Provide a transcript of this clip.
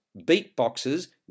beatboxes